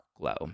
glow